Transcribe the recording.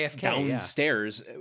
downstairs